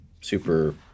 super